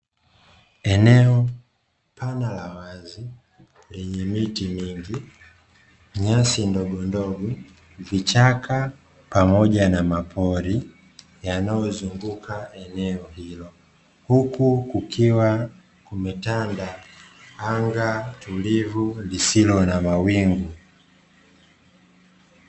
Eneo pana la wazi lenye miti mingi nyasi ndogo ndogo vichaka pamoja na mapori yanayo zunguuka eneo hilo, huku kukiwa kumetanda naga tulivu lisilo na mawingu.